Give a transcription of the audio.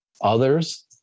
others